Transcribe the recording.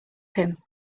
him